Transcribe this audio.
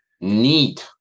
need